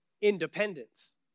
Independence